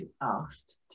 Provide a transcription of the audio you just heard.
asked